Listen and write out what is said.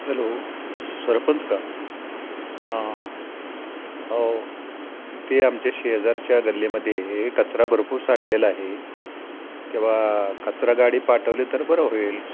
hello सरपंच का हां हां हां इथे आमच्या शेजारच्या गल्लीमध्ये हे कचरा भरपूर साठलेला आहे तेव्हा कचरा गाडी पाठवली तर बरं होईल